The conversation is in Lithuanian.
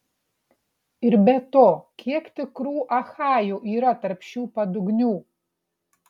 ir be to kiek tikrų achajų yra tarp šių padugnių